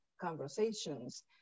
conversations